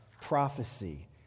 prophecy